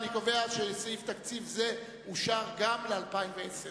אני קובע שסעיף תקציב זה אושר גם ל-2010,